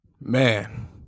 Man